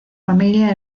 familia